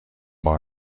بار